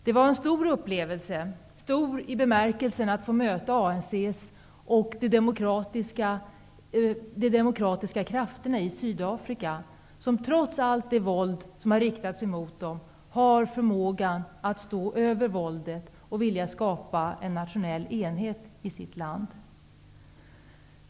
Det var en stor upplevelse, stor i bemärkelsen att få möta ANC och de demokratiska krafterna i Sydafrika, som trots allt de våld som har riktats mot dem har förmågan att stå över våldet och en vilja att skapa nationell enhet i sitt land.